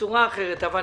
ובצורה אחרת, אבל